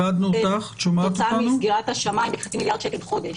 הנכנסת כתוצאה מסגירת השמים בחצי מיליארד שקל לחודש.